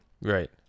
Right